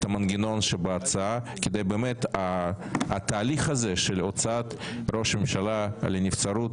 המנגנון שבהצעה כדי שבאמת התהליך הזה של הוצאת ראש ממשלה לנבצרות,